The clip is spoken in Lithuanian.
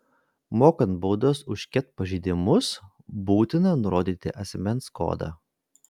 mokant baudas už ket pažeidimus būtina nurodyti asmens kodą